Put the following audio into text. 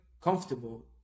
comfortable